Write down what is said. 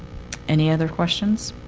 any other questions?